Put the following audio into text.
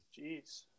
Jeez